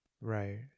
Right